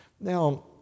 Now